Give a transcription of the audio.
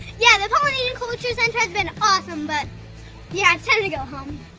yeah the polynesian culture center has been awesome, but yeah it's time to go home!